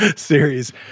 series